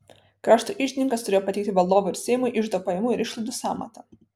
krašto iždininkas turėjo pateikti valdovui ir seimui iždo pajamų ir išlaidų sąmatą